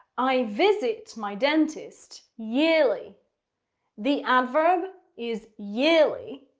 i visit my dentist yearly the adverb is yearly.